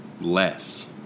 Less